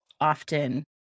often